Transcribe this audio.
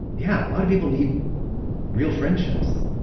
yeah, a lot of people need real friendships.